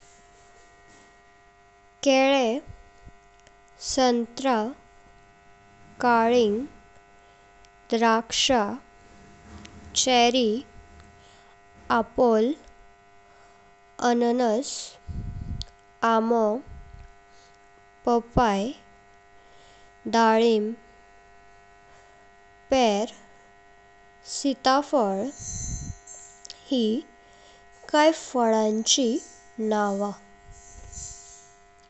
केळे, संत्रा, काळिंग, द्राक्ष, चेरी, आपोल, अननस, आंबो, पपाय, डाळिंब, पेर, सीताफल हे काही फळांची नावा।